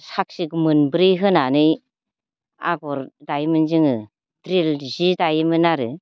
साखि मोनब्रै होनानै आगर दायोमोन जोङो द्रिल जि दायोमोन आरो